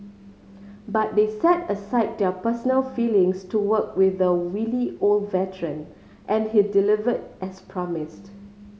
but they set aside their personal feelings to work with the wily old veteran and he delivered as promised